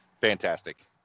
Fantastic